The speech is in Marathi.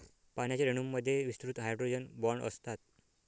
पाण्याच्या रेणूंमध्ये विस्तृत हायड्रोजन बॉण्ड असतात